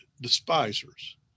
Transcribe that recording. Despisers